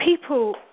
people